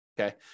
okay